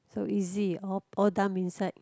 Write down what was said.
so easy all all dump inside